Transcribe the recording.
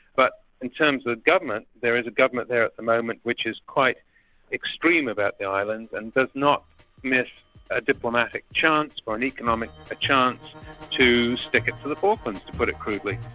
but in terms of government, there is a government there at the moment which is quite extreme about the islands and does not miss a diplomatic chance or an economic chance to stick it to the falklands, to put it crudely.